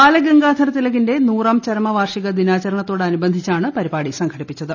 ബാലഗംഗാധർ തിലകിന്റെ ചരമവാർഷിക നൂറാം ദിനാചരണത്തോടനുബന്ധിച്ചാണ് പരിപാടി സംഘടിപ്പിച്ചത്